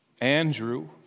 Andrew